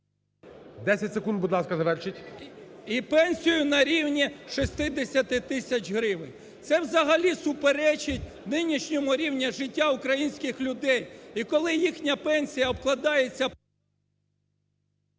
10 секунд. Будь ласка, завершіть. ОДАРЧЕНКО Ю.В. …і пенсію на рівні 60 тисяч гривень. Це взагалі суперечить нинішньому рівню життя українських людей. І коли їхня пенсія обкладається…